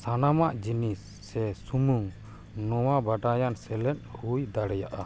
ᱥᱟᱱᱟᱢᱟᱜ ᱡᱤᱱᱤᱥ ᱥᱮ ᱥᱩᱱᱩᱢ ᱱᱚᱣᱟ ᱵᱟᱰᱟᱭᱟᱜ ᱥᱮᱞᱮᱫ ᱦᱩᱭ ᱫᱟᱲᱮᱭᱟᱜᱼᱟ